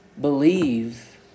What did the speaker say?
believe